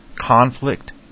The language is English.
conflict